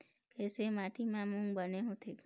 कइसे माटी म मूंग बने होथे?